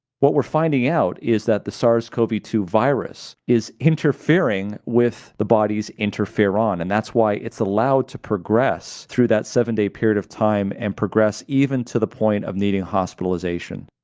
what we're finding out is that the sars cov two virus is interfering with the body's interferon, and that's why it's allowed to progress through that seven-day period of time and progress even to the point of needing hospitalization.